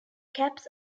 caps